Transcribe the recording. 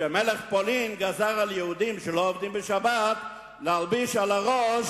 שמלך פולין גזר על יהודים שלא עובדים בשבת להלביש על הראש